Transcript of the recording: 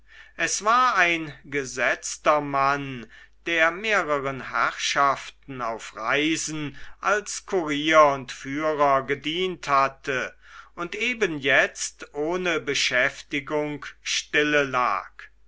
es war ein gesetzter mann der mehreren herrschaften auf reisen als kurier und führer gedient hatte und eben jetzt ohne beschäftigung stille lag